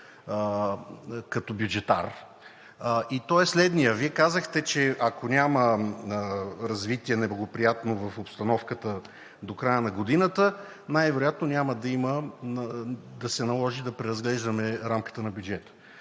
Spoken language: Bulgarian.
като бюджетар и той е следният. Вие казахте, че ако няма неблагоприятно развитие в обстановката до края на годината, най-вероятно няма да се наложи да преразглеждаме рамката на бюджета.